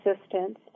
assistance